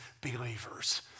believers